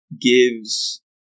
gives